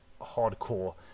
hardcore